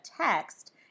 text